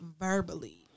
verbally